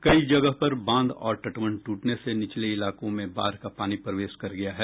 कई जगह पर बांध और तटबंध टूटने से नीचले इलाकों में बाढ़ का पानी प्रवेश कर गया है